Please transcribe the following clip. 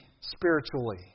spiritually